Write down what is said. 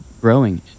growing